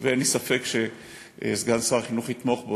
ואין לי ספק שסגן שר החינוך יתמוך בו,